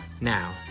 Now